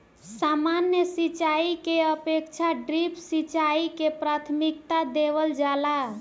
सामान्य सिंचाई के अपेक्षा ड्रिप सिंचाई के प्राथमिकता देवल जाला